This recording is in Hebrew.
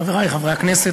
חברי חברי הכנסת,